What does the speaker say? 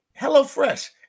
HelloFresh